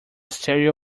stereo